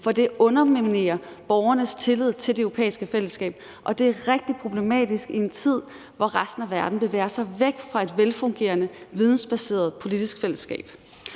For det underminerer borgernes tillid til det europæiske fællesskab, og det er rigtig problematisk i en tid, hvor resten af verden bevæger sig væk fra et velfungerende vidensbaseret politisk fællesskab.